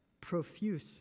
profuse